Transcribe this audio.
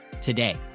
today